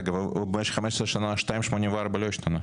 רגע, במשך 15 שנה ה-2.84 לא השתנה?